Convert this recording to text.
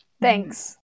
Thanks